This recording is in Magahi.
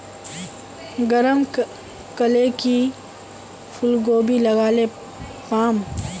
गरम कले की फूलकोबी लगाले पाम?